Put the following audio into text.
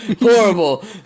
Horrible